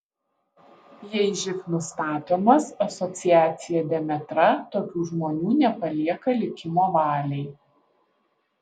jei živ nustatomas asociacija demetra tokių žmonių nepalieka likimo valiai